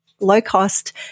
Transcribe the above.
low-cost